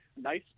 nice